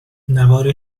نوار